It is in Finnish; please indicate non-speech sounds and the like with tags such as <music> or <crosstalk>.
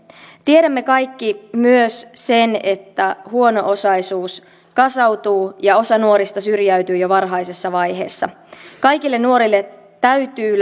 tiedämme kaikki myös sen että huono osaisuus kasautuu ja osa nuorista syrjäytyy jo varhaisessa vaiheessa kaikille nuorille täytyy <unintelligible>